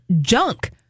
junk